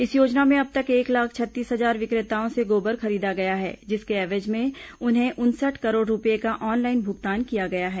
इस योजना में अब तक एक लाख छत्तीस हजार विक्रेताओं से गोबर खरीदा गया है जिसके एवज में उन्हें उनसठ करोड़ रूपये का ऑनलाइन भुगतान किया गया है